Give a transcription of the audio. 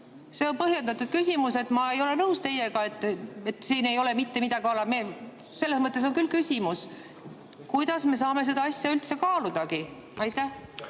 See on põhjendatud küsimus. Ma ei ole nõus teiega, et siin ei ole mitte midagi teha. Selles mõttes on küll küsimus, kuidas me saame seda asja üldse kaaludagi. Ma